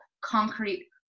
concrete